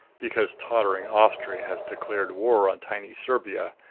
because tottering austria has declared war on tiny serbia,